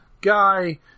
guy